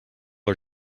are